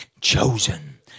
Chosen